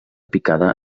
picada